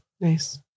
Nice